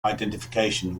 identification